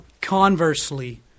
Conversely